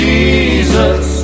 Jesus